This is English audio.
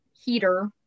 heater